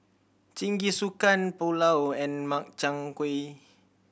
Jingisukan Pulao and Makchang Gui